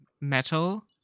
Metal